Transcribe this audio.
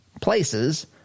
places